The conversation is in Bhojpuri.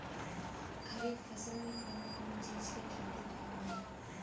खरीफ फसल मे कउन कउन चीज के खेती कईल जाला?